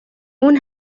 اون